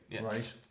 Right